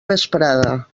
vesprada